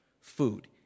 food